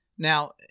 Now